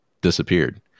disappeared